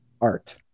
art